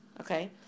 Okay